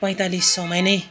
पैँतालिस सौमा नै